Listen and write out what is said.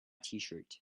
tshirt